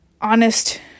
honest